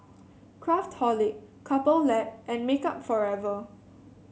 Craftholic Couple Lab and Makeup Forever